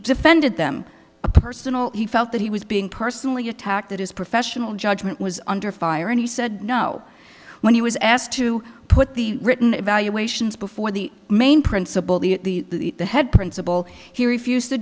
defended them a personal he felt that he was being personally attacked that his professional judgment was under fire and he said no when he was asked to put the written evaluations before the main principal the head principal he refused to